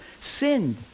sinned